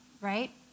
right